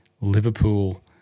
Liverpool